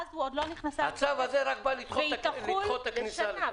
הצו הזה בא לדחות את הכניסה.